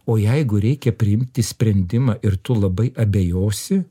o jeigu reikia priimti sprendimą ir tu labai abejosi